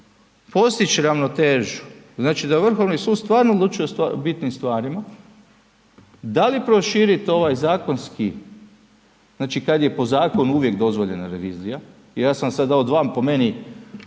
postići ravnotežu, znači da Vrhovni sud stvarno odlučuje o bitnim stvarima, da li proširiti ovaj zakonski, znači kad je po zakonu uvijek dozvoljena revizija i ja sam vam sada dao dva po meni